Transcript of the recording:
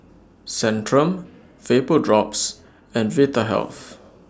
Centrum Vapodrops and Vitahealth